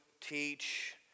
teach